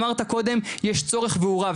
אמרת קודם יש צורך והוא רב,